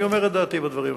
אני אומר את דעתי בדברים האלה.